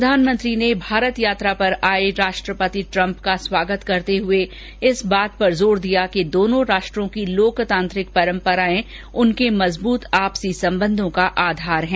प्रधानमंत्री ने भारत यात्रा पर आये राष्ट्रपति ट्रम्प का स्वागत करते हुए इस बात पर जोर दिया कि दोनों राष्ट्रों की लोकतांत्रिक परम्पराएं उनके मजबूत आपसी संबंधों का आधार है